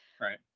right